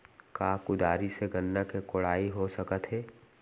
का कुदारी से गन्ना के कोड़ाई हो सकत हे?